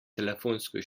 telefonsko